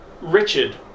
Richard